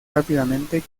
rápidamente